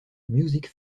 music